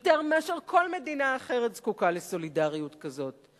ויותר מאשר כל מדינה אחרת אנחנו זקוקים לסולידריות כזאת.